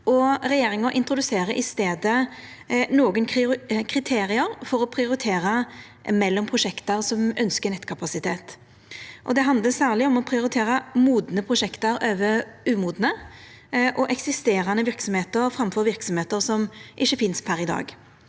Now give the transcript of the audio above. Regjeringa introduserer i staden nokre kriterium for å prioritera mellom prosjekt som ønskjer nettkapasitet. Det handlar særleg om å prioritera modne prosjekt over umodne og eksisterande verksemder framfor verksemder som ikkje finst per i dag.